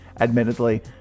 admittedly